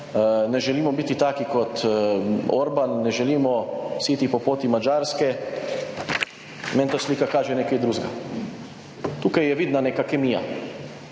ne želimo biti taki kot Orban, ne želimo iti po poti Madžarske, meni to slika kaže nekaj drugega. Tukaj je vidna neka kemija,